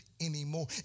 anymore